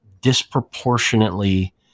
disproportionately